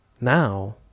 Now